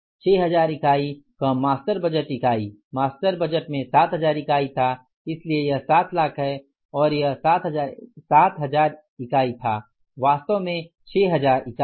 6 हजार इकाइ कम मास्टर बजट इकाइ मास्टर बजटेड में 7000 इकाइ था इसलिए यह 7 लाख है यह 7000 यूनिट्स था वास्तविक है 6 हजार इकाइ